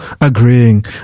agreeing